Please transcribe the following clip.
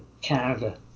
Canada